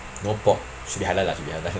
no pork should be halal lah should be halal